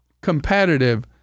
competitive